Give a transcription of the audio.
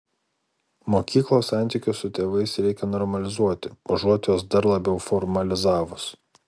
mokyklos santykius su tėvais reikia normalizuoti užuot juos dar labiau formalizavus